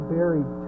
buried